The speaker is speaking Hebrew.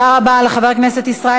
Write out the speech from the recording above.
תודה רבה לחבר הכנסת ישראל